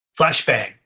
flashbang